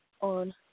on